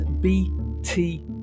bt